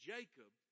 Jacob